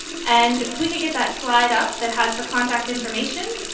and if we could get that slide up that has the contact information,